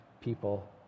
people